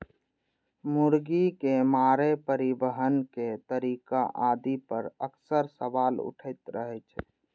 मुर्गी के मारै, परिवहन के तरीका आदि पर अक्सर सवाल उठैत रहै छै